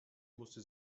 musste